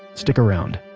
stick around